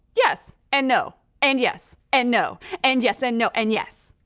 yes and no. and yes, and no, and yes, and no, and yes.